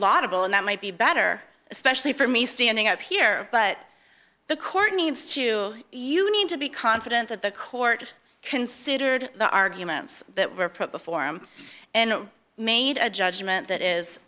logical and that might be better especially for me standing up here but the court needs to you need to be confident that the court considered the arguments that were probably form and made a judgment that is